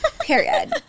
Period